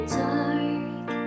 dark